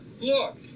look